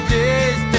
days